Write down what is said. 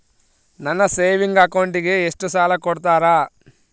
ನನ್ನ ಸೇವಿಂಗ್ ಅಕೌಂಟಿಗೆ ಎಷ್ಟು ಸಾಲ ಕೊಡ್ತಾರ?